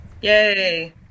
Yay